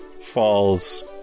falls